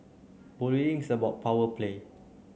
bullying is about power play